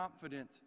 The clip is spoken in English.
confident